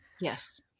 Yes